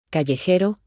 Callejero